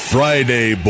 Friday